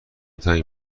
تنگ